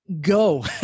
Go